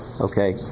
Okay